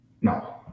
No